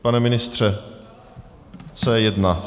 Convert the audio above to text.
Pane ministře, C1!